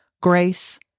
grace